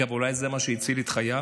אגב, אולי זה מה שהציל את חייו,